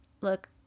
look